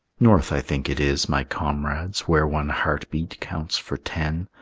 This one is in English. north i think it is, my comrades, where one heart-beat counts for ten,